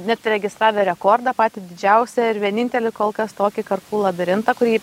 net registravę rekordą patį didžiausią ir vienintelį kol kas tokį karklų labirintą kurį